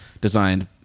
designed